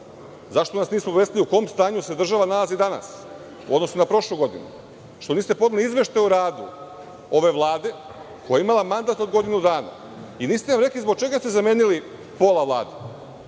Zašto nas niste obavestili u kom stanju se država nalazi danas u odnosu na prošlu godinu? Što niste podneli izveštaj o radu ove Vlade koja je imala mandat od godinu dana? Niste nam rekli zbog čega ste zamenili pola Vlade.